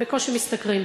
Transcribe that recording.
הם בקושי משתכרים.